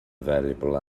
valuable